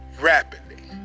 rapidly